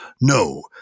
no